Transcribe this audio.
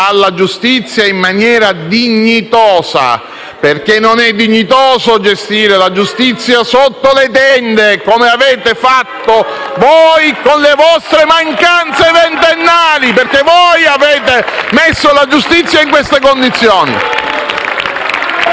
alla giustizia in maniera dignitosa, perché non è dignitoso gestire la giustizia sotto le tende, come avete fatto voi con le vostre mancanze ventennali, perché voi avete messo la giustizia in queste condizioni.